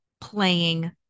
playing